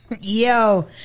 Yo